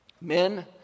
Men